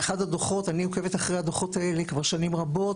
אני עוקבת אחרי הדוחות האלה כבר שנים רבות,